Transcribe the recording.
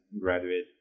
graduate